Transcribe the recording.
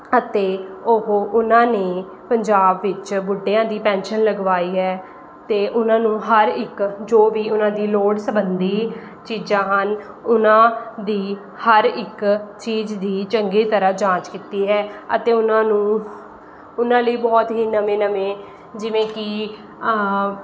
ਅਤੇ ਉਹ ਉਨਾਂ ਨੇ ਪੰਜਾਬ ਵਿੱਚ ਬੁੱਢਿਆਂ ਦੀ ਪੈਨਸ਼ਨ ਲਗਵਾਈ ਹੈ ਅਤੇ ਉਹਨਾਂ ਨੂੰ ਹਰ ਇੱਕ ਜੋ ਵੀ ਉਹਨਾਂ ਦੀ ਲੋੜ ਸਬੰਧੀ ਚੀਜਾਂ ਹਨ ਉਹਨਾਂ ਦੀ ਹਰ ਇੱਕ ਚੀਜ ਦੀ ਚੰਗੀ ਤਰ੍ਹਾਂ ਜਾਂਚ ਕੀਤੀ ਹੈ ਅਤੇ ਉਹਨਾਂ ਨੂੰ ਉਹਨਾਂ ਲਈ ਬਹੁਤ ਹੀ ਨਵੇਂ ਨਵੇਂ ਜਿਵੇਂ ਕੀ